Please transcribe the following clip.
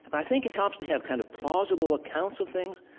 but i think it helps to have kind of plausible accounts of things,